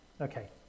Okay